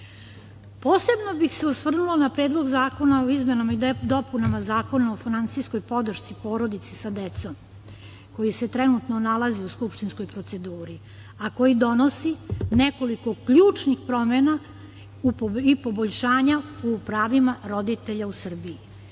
bih se osvrnula na Predlog zakona o izmenama i dopunama Zakona o finansijskoj podršci porodici sa decom koji se trenutno nalazi u skupštinskoj proceduri, a koji donosi nekoliko ključnih promena i poboljšanja u pravima roditelja u Srbiji.